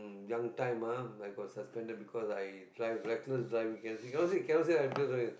young time ah I got suspended because i drive reckless driving cannot can cannot cannot say I didn't driving